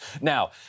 Now